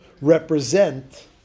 represent